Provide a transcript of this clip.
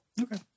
Okay